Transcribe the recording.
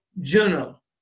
journal